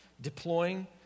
Deploying